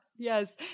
Yes